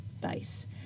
base